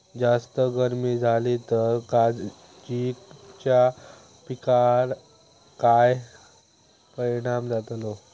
जास्त गर्मी जाली तर काजीच्या पीकार काय परिणाम जतालो?